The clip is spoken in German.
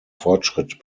fortschritt